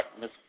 Miss